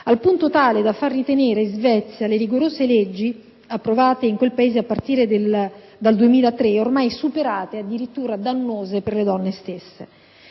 al punto da far ritenere in Svezia le rigorose legge ivi approvate a partire dal 2003 ormai superate, addirittura dannose per le donne stesse.